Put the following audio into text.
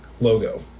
logo